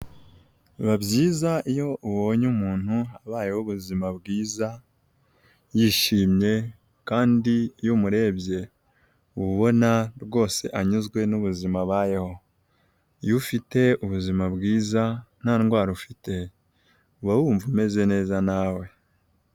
Biba byiza iyo ubonye umuntu abayeho ubuzima bwiza yishimye kandi iyo umurebye uba ubona rwose anyuzwe n'ubuzima abayeho. Iyo ufite ubuzima bwiza nta ndwara ufite uba wumva umeze neza nawe.